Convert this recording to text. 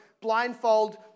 blindfold